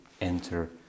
enter